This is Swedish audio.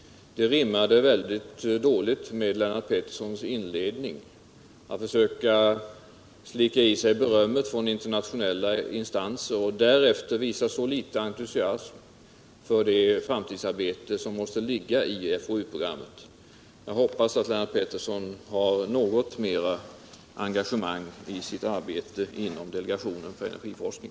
Allt detta rimmade mycket dåligt med Lennart Petterssons inledning — det stämmer inte att man först försöker slicka i sig berömmet från internationella instanser och därefter visar så litet entusiasm för det framtida arbete som måste ligga i FHU-programmet. Jag hoppas att Lennart Pettersson har något större engagemang i sitt arbete inom delegationen för energiforskning.